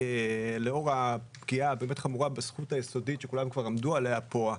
לאור הפגיעה החמורה בזכות היסודית שכולם כבר עמדו עליה פה,